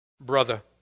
Brother